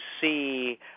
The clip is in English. see